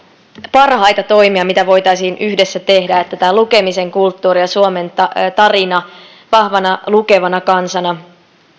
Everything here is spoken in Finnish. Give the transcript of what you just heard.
parhaita toimia mitä voitaisiin yhdessä tehdä että tämä lukemisen kulttuuri ja suomen tarina vahvana lukevana kansana